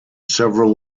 several